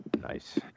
Nice